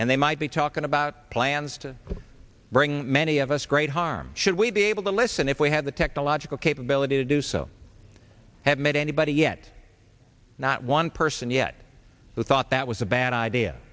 and they might be talking about plans to bring many of us great harm should we be able to listen if we have the technological capability to do so have met anybody yet not one person yet who thought that was a bad idea